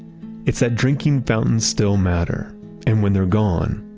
it's that drinking fountains still matter and when they're gone,